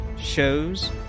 shows